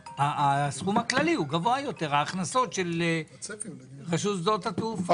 הסכום הכללי של הכנסות רשות שדות התעופה גבוה יותר.